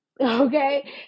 Okay